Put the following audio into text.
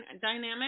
dynamic